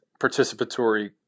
participatory